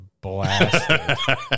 blasted